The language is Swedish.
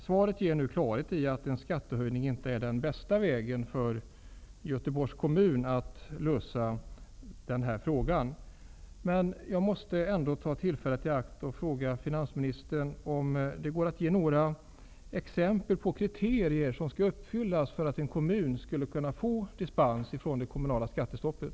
Svaret ger nu klarhet i att en skattehöjning inte är den bästa vägen för Göteborgs kommun att lösa denna fråga. Men jag måste ändå ta tillfället i akt att fråga finansministern om det går att ge några exempel på kriterier som skall uppfyllas för att en kommun skall kunna få dispens från det kommunala skattestoppet.